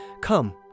Come